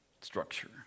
structure